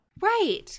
Right